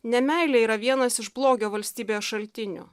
nemeilė yra vienas iš blogio valstybėje šaltinių